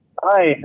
Hi